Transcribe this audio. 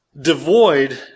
devoid